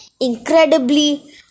incredibly